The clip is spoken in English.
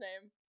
name